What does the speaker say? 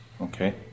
Okay